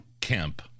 Kemp